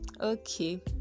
okay